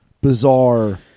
bizarre